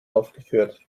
aufgeführt